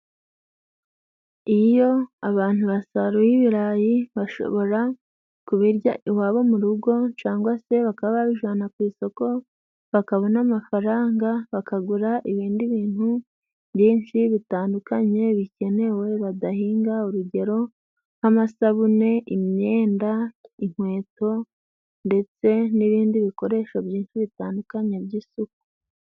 Iyo abantu basaruye ibirayi bashobora kubirya iwabo mu rugo cangwa se bakaba babijana ku isoko bakabona amafaranga bakagura ibindi bintu byinshi bitandukanye bikenewe badahinga urugero nk'amasabune ,imyenda, inkweto ndetse n'ibindi bikoresho byinshi bitandukanye by'isuku.